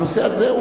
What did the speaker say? הנושא הזה הוא